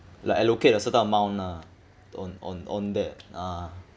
like allocate a certain amount ah on on on that ah